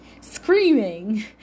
screaming